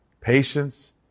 patience